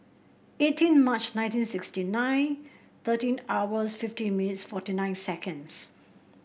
eighteen March nineteen sixty nine thirteen hours fifty minutes forty nine seconds